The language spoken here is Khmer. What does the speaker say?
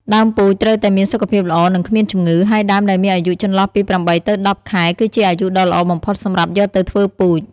ដើមពូជត្រូវតែមាន សុខភាពល្អ និងគ្មានជំងឺ ហើយដើមដែលមានអាយុចន្លោះពី ៨ ទៅ ១០ ខែ គឺជាអាយុដ៏ល្អបំផុតសម្រាប់យកទៅធ្វើពូជ។